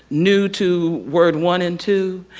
new to word one and two.